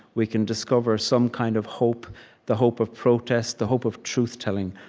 we can discover some kind of hope the hope of protest, the hope of truth-telling,